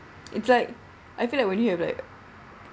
it's like I feel like when you have like